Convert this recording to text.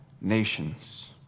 nations